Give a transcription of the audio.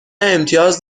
امتیاز